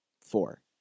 four